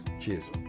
Cheers